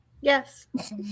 Yes